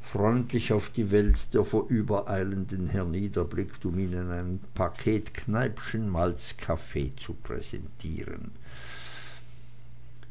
freundlich auf die welt der vorübereilenden herniederblickt um ihnen ein paket kneippschen malzkaffee zu präsentieren